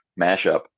mashup